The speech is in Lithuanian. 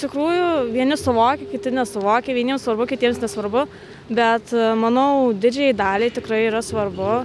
tikrųjų vieni suvokia kiti nesuvokia vieniems svarbu kitiems nesvarbu bet manau didžiajai daliai tikrai yra svarbu